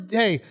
hey